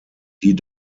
die